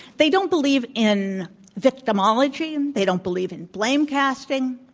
they don't believe in victimology. and they don't believe in blame casting.